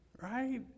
right